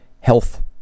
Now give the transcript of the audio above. health